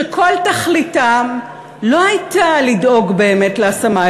שכל תכליתם לא הייתה לדאוג באמת להשמה,